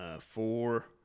Four